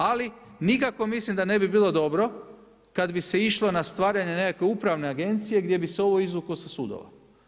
Ali, nikako mislim da ne bi bilo dobro, kad bi se išlo na stvaranje nekakve upravne agencije, gdje bi se ovo izvuklo sa sudova.